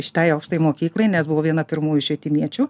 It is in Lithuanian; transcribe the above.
šitai aukštajai mokyklai nes buvau viena pirmųjų švietimiečių